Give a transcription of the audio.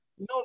No